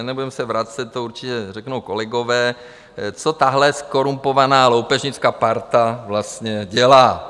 Ne, nebudeme se vracet, to určitě řeknou kolegové, co tahle zkorumpovaná loupežnická parta vlastně dělá.